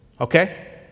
Okay